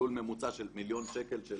לול ממוצע של מיליון שקלים.